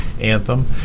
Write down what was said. anthem